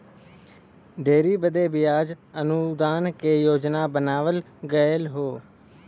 dairy बदे बियाज अनुदान के योजना बनावल गएल हौ